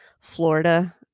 Florida